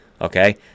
Okay